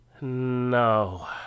No